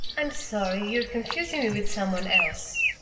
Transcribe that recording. i'm sorry, you're confusing me with someone else.